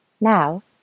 Now